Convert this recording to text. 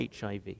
HIV